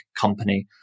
company